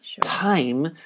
time